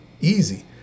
easy